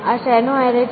આ શેનો એરે છે